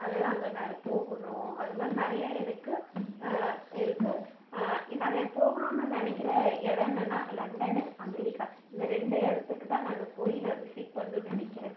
அதனால் அங்கே நான் போகணும் அது மாதிரி நிறையா எனக்கு இருக்கு நான் போகணுன்னு நினைக்கிற இடம் என்னன்னா லண்டனு அமெரிக்கா இந்த ரெண்டு இடத்துக்கு தான் நான் போய் நான் விசிட் பண்ணுன்னு நினைக்கிறேன்